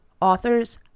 authors